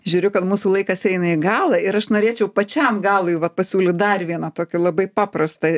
žiūriu kad mūsų laikas eina į galą ir aš norėčiau pačiam galui vat pasiūlyt dar vieną tokį labai paprastą